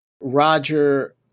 Roger